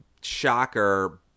shocker